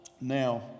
Now